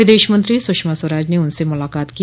विदेश मंत्री सुषमा स्वराज ने उनसे मुलाकात की